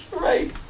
right